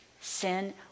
Sin